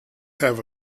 have